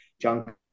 John